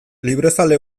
librezale